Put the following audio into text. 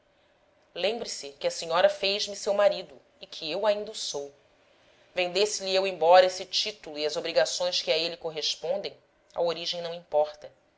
lembre-se que a senhora fez-me seu marido e que eu ainda o sou vendesse lhe eu embora esse título e as obrigações que a ele correspondem a origem não importa